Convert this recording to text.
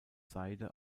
seide